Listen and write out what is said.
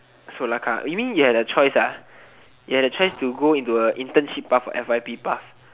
solar car you mean you have a choice ah you have a choice to go into a internship path or f_y_p path